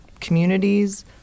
communities